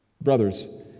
brothers